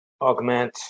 augment